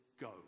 go